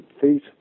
feet